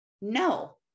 No